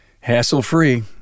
Hassle-free